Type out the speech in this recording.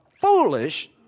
foolish